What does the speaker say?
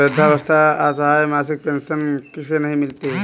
वृद्धावस्था या असहाय मासिक पेंशन किसे नहीं मिलती है?